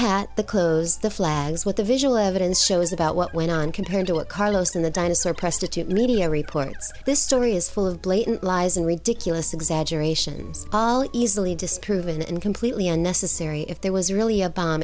that the clothes the flags with the visual evidence shows about what went on compared to what carlos in the dinosaur press to two media reports this story is full of blatant lies and ridiculous exaggerations all easily disproven and completely unnecessary if there was really a bomb